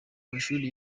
mashuri